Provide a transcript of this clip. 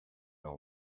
leur